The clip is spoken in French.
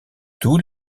tous